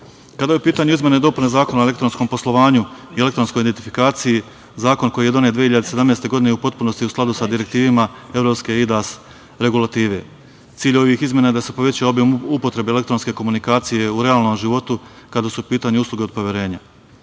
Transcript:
su u pitanju izmene i dopune Zakona o elektronskom poslovanju i elektronskoj identifikaciji, zakon koji je donet 2017. godine je u potpunosti u skladu sa direktivama evropske EIDAS regulative. Cilj ovih izmena je da se poveća obim upotrebe elektronske komunikacije u realnom životu kada su u pitanju usluge od poverenja. Glavne